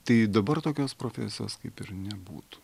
tai dabar tokios profesijos kaip ir nebūtų